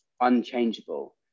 unchangeable